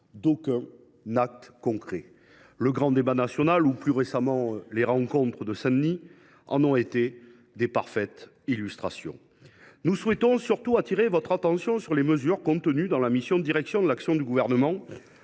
d’aucun acte concret. Le grand débat national ou, plus récemment, les rencontres de Saint Denis en ont été des illustrations. Nous souhaitons surtout attirer votre attention sur les mesures de la mission « Direction de l’action du Gouvernement